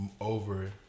over